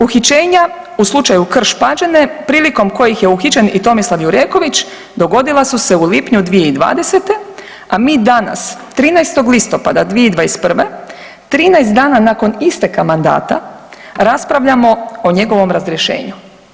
Uhićenja u slučaju Krš-Pađene prilikom kojih je uhićen i Tomislav Jureković dogodila su se u lipnju 2020., a mi danas 13. listopada 2021., 13 dana nakon isteka mandata raspravljamo o njegovom razrješenju.